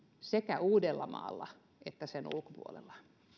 sekä uudellamaalla että sen ulkopuolella